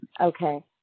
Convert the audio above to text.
Okay